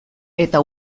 eta